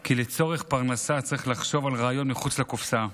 כי לצורך פרנסה צריך לחשוב על רעיון מחוץ לקופסה.